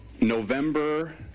November